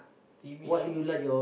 t_v show